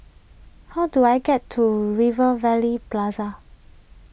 how do I get to Rivervale Plaza